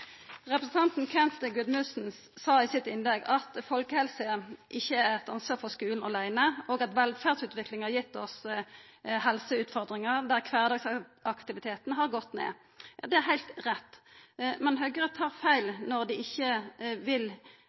Representanten Kent Gudmundsen sa i sitt innlegg at folkehelse ikkje er eit ansvar for skulen åleine, og at velferdsutviklinga har gitt oss helseutfordringar ved at kvardagsaktiviteten har gått ned. Det er heilt rett. Men Høgre tar feil når dei ikkje vil